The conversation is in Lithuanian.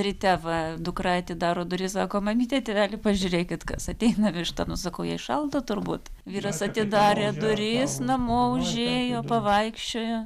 ryte va dukra atidaro duris sako mamyte tėveli pažiūrėkit kas ateina višta nu sakau jai šaldo turbūt vyras atidarė duris namo užėjo pavaikščiojo